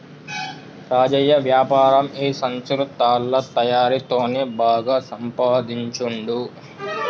రాజయ్య వ్యాపారం ఈ సంచులు తాళ్ల తయారీ తోనే బాగా సంపాదించుండు